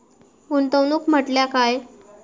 गुंतवणूक म्हटल्या काय?